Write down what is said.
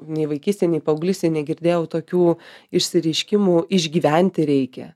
nei vaikystėj nei paauglystėj negirdėjau tokių išsireiškimų išgyventi reikia